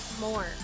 more